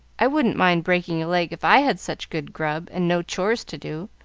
i wouldn't mind breaking a leg, if i had such good grub and no chores to do.